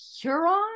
Huron